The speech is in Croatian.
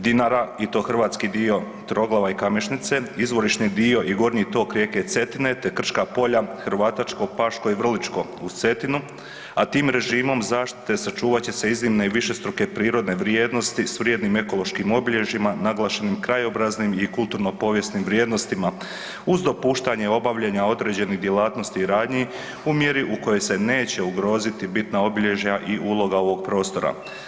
Dinara i to hrvatski dio Troglava i Kamešnice, izvorišni dio i gornji rijeke Cetine te krška polja hrvatačko, paško i vručko uz Cetinu, a tim režimom zaštite sačuvat će se iznimne i višestruke prirodne vrijednosti s vrijednim ekološkim obilježjima naglašenim krajobraznim i kulturno povijesnim vrijednostima uz dopuštanje obavljanja određenih djelatnosti i radnji u mjeri u kojoj se neće ugroziti bitna obilježja i uloga ovog prostora.